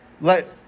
let